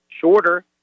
shorter